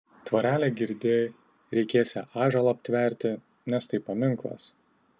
tvorelę girdi reikėsią ąžuolą aptverti nes tai paminklas